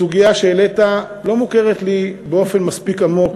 הסוגיה שהעלית לא מוכרת לי באופן מספיק עמוק